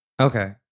Okay